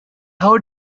how